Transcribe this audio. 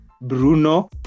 Bruno